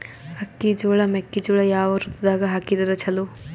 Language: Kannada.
ಅಕ್ಕಿ, ಜೊಳ, ಮೆಕ್ಕಿಜೋಳ ಯಾವ ಋತುದಾಗ ಹಾಕಿದರ ಚಲೋ?